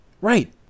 Right